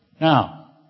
Now